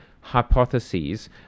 hypotheses